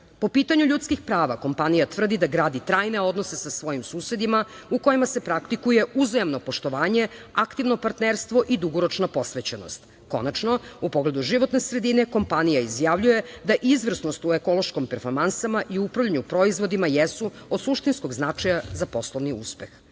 pitanju ljudskih prava, kompanija tvrdi da gradi trajne odnose sa svojim susedima u kojima se praktikuje uzajamno poštovanje, aktivno partnerstvo i dugoročna posvećenost. Konačno, u pogledu životne sredine kompanija izjavljuje da izvrsnost u ekološkim performansama i upravljanju proizvodima jesu od suštinskog značaja za poslovni uspeh.